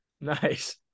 Nice